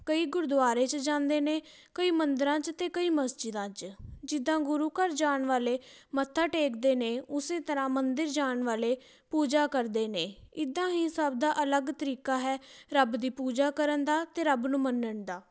ਕਈ ਗੁਰਦੁਆਰੇ 'ਚ ਜਾਂਦੇ ਨੇ ਕਈ ਮੰਦਰਾਂ 'ਚ ਅਤੇ ਕਈ ਮਸਜਿਦਾ 'ਚ ਜਿੱਦਾਂ ਗੁਰੂ ਘਰ ਜਾਣ ਵਾਲੇ ਮੱਥਾ ਟੇਕਦੇ ਨੇ ਉਸੇ ਤਰ੍ਹਾਂ ਮੰਦਿਰ ਜਾਣ ਵਾਲੇ ਪੂਜਾ ਕਰਦੇ ਨੇ ਇੱਦਾਂ ਹੀ ਸਭ ਦਾ ਅਲੱਗ ਤਰੀਕਾ ਹੈ ਰੱਬ ਦੀ ਪੂਜਾ ਕਰਨ ਦਾ ਅਤੇ ਰੱਬ ਨੂੰ ਮੰਨਣ ਦਾ